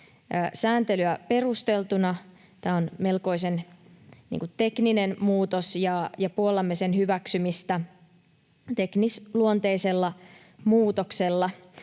sääntelyä perusteltuna. Tämä on melkoisen tekninen muutos, ja puollamme sen hyväksymistä teknisluonteisella muutoksella.